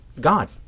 God